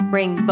Bring